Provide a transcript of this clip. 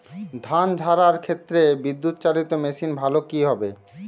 ধান ঝারার ক্ষেত্রে বিদুৎচালীত মেশিন ভালো কি হবে?